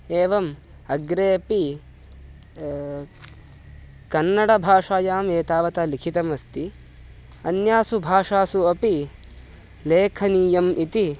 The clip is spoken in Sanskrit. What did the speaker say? एवम् अग्रेऽपि कन्नडभाषायाम् एतावत् लिखितम् अस्ति अन्यासु भाषासु अपि लेखनीयम् इति